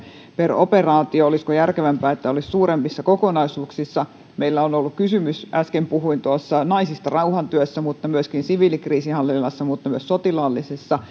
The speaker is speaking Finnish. per operaatio olisiko järkevämpää että olisi suuremmissa kokonaisuuksissa meillä on ollut kysymys äsken puhuin naisista rauhantyössä mutta myöskin siviilikriisinhallinnassa ja myös sotilaallisessa